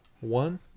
One